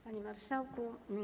Panie Marszałku!